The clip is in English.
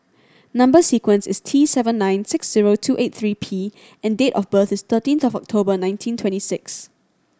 number sequence is T seven nine six zero two eight three P and date of birth is thirteenth of October nineteen twenty six